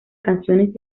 canciones